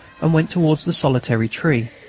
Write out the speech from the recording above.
and went towards the solitary tree,